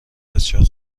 بسیار